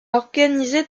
organisé